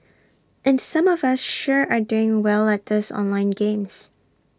and some of us sure are doing well at these online games